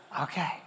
Okay